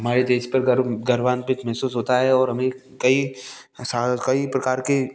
हमारे देश पर गर्व गर्वान्वित महसूस होता है और हमें कई साल कई प्रकार के